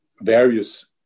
various